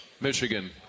Michigan